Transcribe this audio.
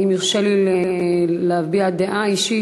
אם יורשה לי להביע דעה אישית,